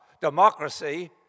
Democracy